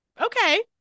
Okay